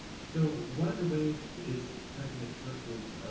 so, one of the ways is president schlissel's